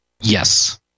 Yes